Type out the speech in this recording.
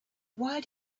why